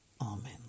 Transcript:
Amen